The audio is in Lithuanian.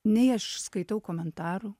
nei aš skaitau komentarų